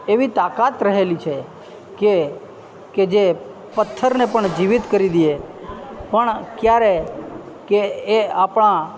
એવી તાકાત રહેલી છે કે કે જે પથ્થરને પણ જીવિત કરી દે પણ ક્યારે કે એ આપણાં